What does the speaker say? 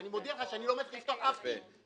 ואני מודיע לך שאני לא מצליח לפתוח אף תיק.